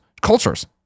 cultures